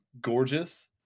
gorgeous